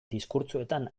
diskurtsoetan